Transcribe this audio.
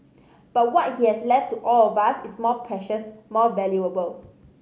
but what he has left to all of us is more precious more valuable